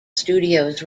studios